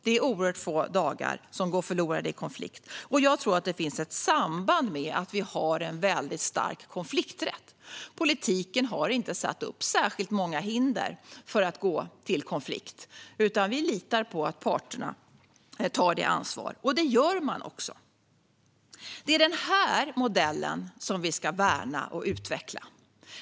Det är oerhört få dagar som går förlorade i konflikt, och jag tror att det finns ett samband med att vi har en väldigt stark konflikträtt. Politiken har inte satt upp särskilt många hinder för att gå till konflikt. Vi litar på att parterna tar ansvar, och det gör man också. Det är denna modell som vi ska värna och utveckla.